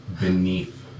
beneath